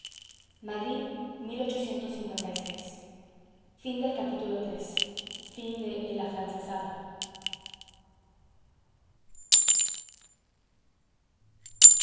madrid el afrancesado